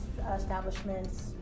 establishments